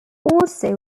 also